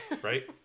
right